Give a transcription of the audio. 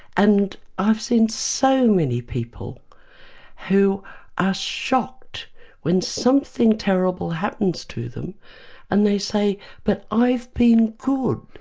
and i've seen so many people who are shocked when something terrible happens to them and they say but i've been good,